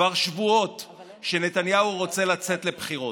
כבר שבועות שנתניהו רוצה לצאת לבחירות.